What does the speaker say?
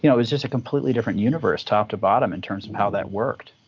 you know, it was just a completely different universe top to bottom, in terms of how that worked.